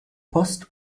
post